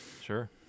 Sure